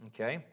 Okay